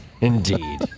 indeed